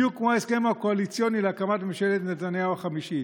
בדיוק כמו ההסכם הקואליציוני להקמת ממשלת נתניהו החמישית.